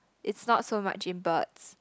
it's not so much in birds